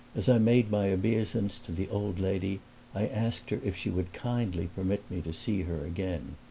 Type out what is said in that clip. as i made my obeisance to the old lady i asked her if she would kindly permit me to see her again.